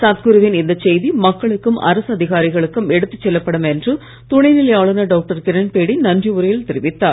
சத்குருவின் இந்த செய்தி மக்களுக்கும் அரசு அதிகாரிகளுக்கும் எடுத்துச் செல்லப்படும் என்று துணைநிலை ஆளுநர் டாக்டர் கிரண்பேடி நன்றி உரையில் தெரிவித்தார்